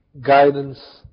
guidance